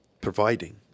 providing